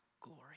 glory